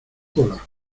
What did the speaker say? hola